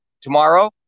Tomorrow